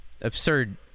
absurd